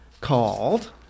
called